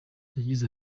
yagize